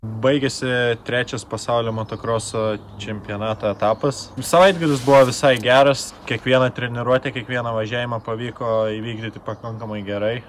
baigėsi trečias pasaulio motokroso čempionato etapas savaitgalis buvo visai geras kiekvieną treniruotę kiekvieną važiavimą pavyko įvykdyti pakankamai gerai